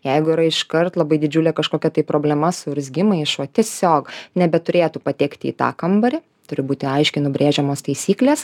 jeigu yra iškart labai didžiulė kažkokia tai problema su urzgimais šuo tiesiog nebeturėtų patekti į tą kambarį turi būti aiškiai nubrėžiamos taisyklės